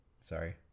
Sorry